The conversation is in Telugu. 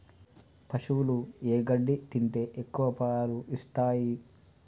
పశువులు ఏ గడ్డి తింటే ఎక్కువ పాలు ఇస్తాయి?